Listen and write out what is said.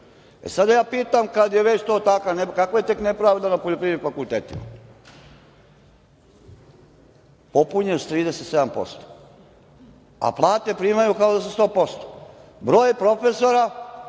nepravda, kakva je tek nepravda na poljoprivrednim fakultetima? Popunjenost je 37%, a plate primaju kao da su 100%. Broj profesora